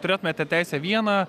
turėtumėte teisę vieną